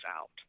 out